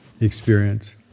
experience